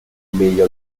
meglio